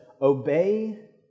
obey